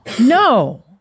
No